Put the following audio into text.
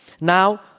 Now